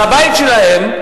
על הבית שלהם,